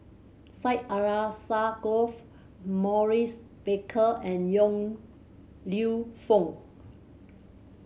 Syed Alsagoff Maurice Baker and Yong Lew Foong